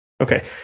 Okay